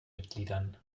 mitgliedern